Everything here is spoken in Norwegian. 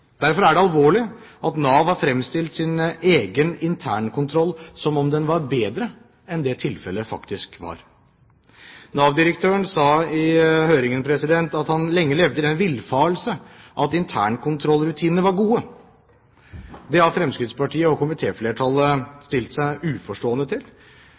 Derfor er det alvorlig at Nav har fremstilt sin egen internkontroll som om den var bedre enn tilfellet faktisk var. Nav-direktøren sa i høringen at han lenge levde i den villfarelse at internkontrollrutinene var gode. Det har Fremskrittspartiet og komitéflertallet stilt seg uforstående til.